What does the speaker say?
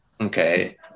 okay